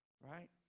Right